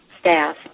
staff